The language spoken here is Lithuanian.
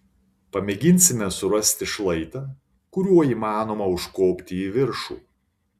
pamėginsime surasti šlaitą kuriuo įmanoma užkopti į viršų